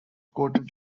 quoted